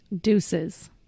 Deuces